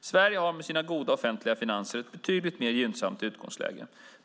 Sverige har med sina goda offentliga finanser ett betydligt mer gynnsamt utgångsläge.